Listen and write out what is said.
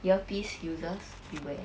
earpiece users beware